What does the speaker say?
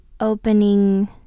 opening